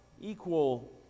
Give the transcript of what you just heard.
equal